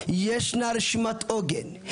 ישנה רשימת עוגן,